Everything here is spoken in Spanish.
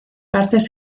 partes